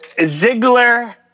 Ziggler